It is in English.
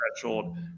threshold